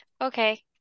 Okay